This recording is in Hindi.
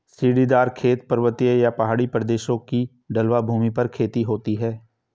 सीढ़ीदार खेत, पर्वतीय या पहाड़ी प्रदेशों की ढलवां भूमि पर खेती होती है